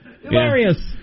Hilarious